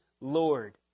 Lord